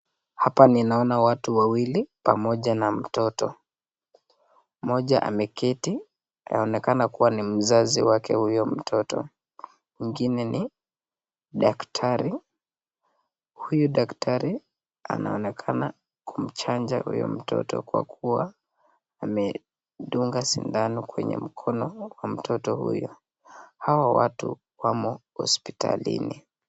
Hapa ninaona watu wawili pamoja na mtoto, mmoja ameketi anaonekana kuwa ni mzazi wake huyo mtoto mwingine ni daktari. Huyu daktari anaonekana kumchanja huyo mtoto kwa kuwa amedunga sindano kwenye mkono wa mtoto huyo. Hawa watu wamo hospitalini.